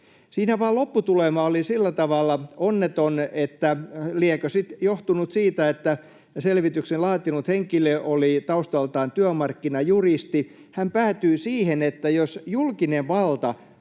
Siinä vain lopputulema oli sillä tavalla onneton — liekö sitten johtunut siitä, että selvityksen laatinut henkilö oli taustaltaan työmarkkinajuristi — että hän päätyi siihen, että jos julkinen valta